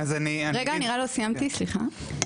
אז אני אגיד --- רגע, לא סיימתי, סליחה.